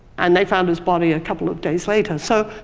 and they found his body a couple of days later. and so,